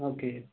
okay